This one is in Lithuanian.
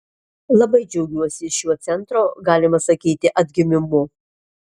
labai džiaugiuosi šiuo centro galima sakyti atgimimu